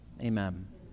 Amen